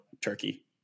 Turkey